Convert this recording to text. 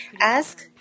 Ask